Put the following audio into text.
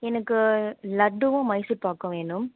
எனக்கு லட்டுவும் மைசூர்பாக்கும் வேணும்